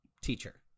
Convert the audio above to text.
teacher